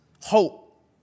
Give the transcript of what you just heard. hope